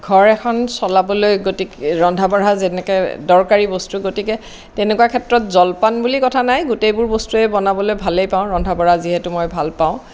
ঘৰ এখন চলাবলৈ ৰন্ধা বঢ়া যেনেকৈ দৰকাৰী বস্তু গতিকে তেনেকুৱা ক্ষেত্ৰত জলপান বুলি কথা নাই গোটেইবোৰ বস্তুয়েই বনাবলৈ ভালেই পাওঁ ৰন্ধা বঢ়া যিহেতু মই ভাল পাওঁ